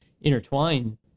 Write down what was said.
intertwine